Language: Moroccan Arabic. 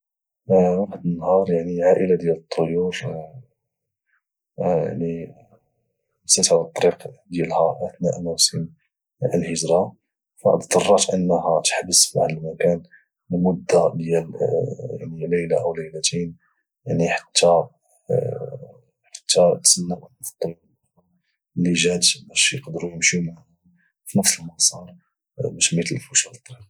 واحد النهار عائلة ديال الطيور نسات على الطريق ديالها اثناء موسم ديال الهجرة فضطرات انها تحبس فواحد المكان لمدة ديال ليلة او ليلتين يعني حتى تسناو واحد الطيور اخرى اللي جات باش يقدرو يمشيو معهم في نفس المسار باش ميتلفوش على الطريق